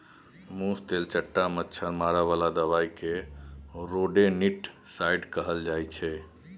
मुस, तेलचट्टा, मच्छर मारे बला दबाइ केँ रोडेन्टिसाइड कहल जाइ छै